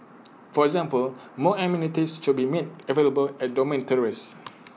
for example more amenities should be made available at dormitories